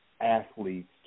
athletes